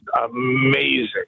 amazing